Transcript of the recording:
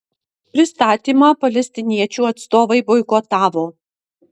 pristatymą palestiniečių atstovai boikotavo